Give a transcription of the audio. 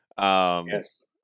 Yes